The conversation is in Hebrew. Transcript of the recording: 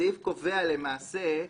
הסעיף קובע למעשה,